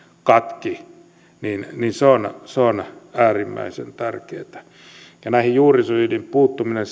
katki on äärimmäisen tärkeätä näihin juurisyihin puuttuminen